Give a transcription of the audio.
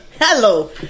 Hello